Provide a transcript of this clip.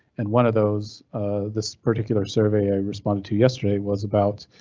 and one of those this particular survey i responded to yesterday was about